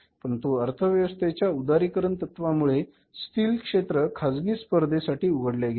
परंतु अर्थव्यवस्थेच्या उदारीकरण तत्व मुळे हे स्टील क्षेत्र खासगी स्पर्धेसाठी उघडले गेले